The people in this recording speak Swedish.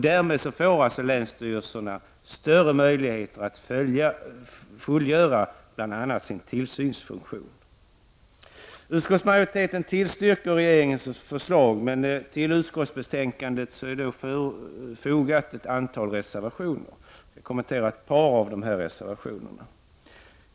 Därmed får länsstyrelserna större möjlighet att fullgöra bl.a. sin tillsynsfunktion. Utskottsmajoriteten tillstyrker regeringens förslag, men till utskottsbetänkandet är ett antal reservationer fogade. Jag skall kort kommentera några av reservationerna.